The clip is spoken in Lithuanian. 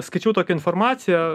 skaičiau tokią informaciją